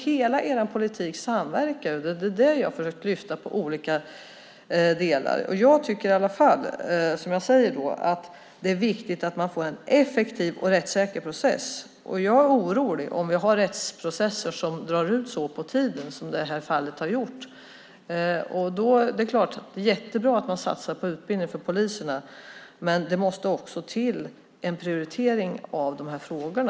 Hela er politik samverkar. Det är det jag har försökt lyfta upp i olika delar. Det är viktigt att man får en effektiv och rättssäker process. Jag blir orolig när vi har rättsprocesser som drar ut så på tiden som det här fallet har gjort. Det är jättebra att man satsar på utbildning för poliserna, men det måste också till en prioritering av de här frågorna.